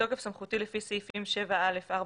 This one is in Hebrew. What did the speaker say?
בתוקף סמכותי לפי סעיפים 7(א)(4)(ב)